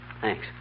Thanks